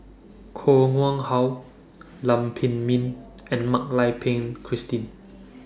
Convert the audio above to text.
Koh Nguang How Lam Pin Min and Mak Lai Peng Christine